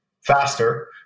faster